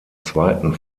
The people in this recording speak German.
zweiten